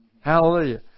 Hallelujah